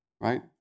Right